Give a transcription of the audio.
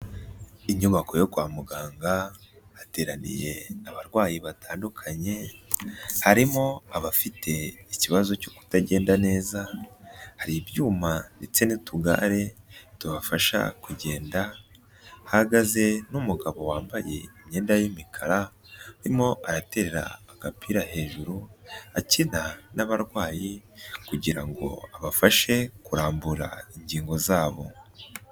Inyubako yo kwa muganga hateraniye abarwayi batandukanye, harimo abafite ikibazo cyo kutagenda neza, hari ibyuma ndetse n'utugare tubafasha kugenda, hahagaze n'umugabo wambaye imyenda y'imikara, urimo araterera agapira hejuru, akina n'abarwayi kugira ngo abafashe, kurambura ingingo zabo.